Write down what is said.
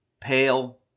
pale